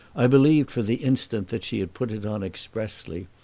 i believed for the instant that she had put it on expressly,